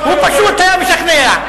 הוא פשוט היה משכנע.